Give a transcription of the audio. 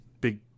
big